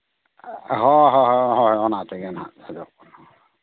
ᱦᱳᱭ ᱦᱳᱭ ᱦᱳᱭ ᱚᱱᱟ ᱛᱮᱜᱮ ᱱᱟᱜ ᱪᱟᱥᱚᱜ ᱠᱟᱱᱟ